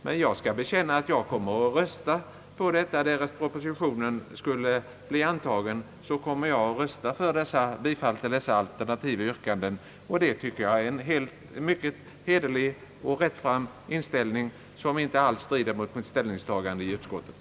Men jag skall bekänna, att därest propositionen blir antagen kommer jag att rösta för bifall till dessa alternativyrkanden, Det tycker jag är en mycket hederlig och rättfram inställning, som inte alls strider mot mitt ställningstagande i utskottet.